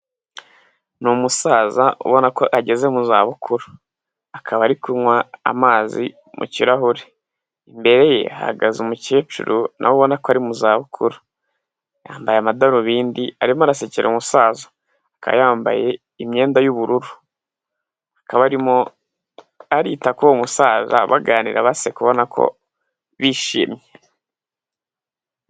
Ni umusaza ubona ko ageze mu zabukuru. Akaba ari kunywa amazi mu kirahure. Imbere ye hahagaze umukecuru na we ubona ko ari mu zabukuru. Yambaye amadarubindi arimo arasekera umusaza, akaba yambaye imyenda y'ubururu, akaba arimo arita kuri uwo musaza baganira baseka ubona ko bishimye.